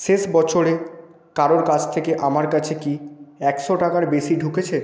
শেষ বছরে কারোর কাছ থেকে আমার কাছে কি একশো টাকার বেশি ঢুকেছে